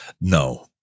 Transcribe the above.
no